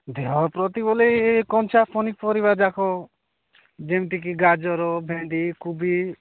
ଦେହ ପ୍ରତି ବୋଲି ଏିଇ କଞ୍ଚା ପନିପରିବା ଯାକ ଯେମିତିକି ଗାଜର ଭେଣ୍ଡି କୋବି